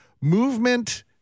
movement